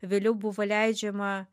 vėliau buvo leidžiama